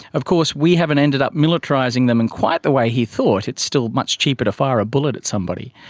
of course we haven't ended up militarising them in quite the way he thought. it's still much cheaper to fire a bullet at somebody.